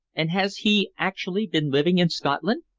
and has he actually been living in scotland?